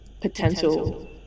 potential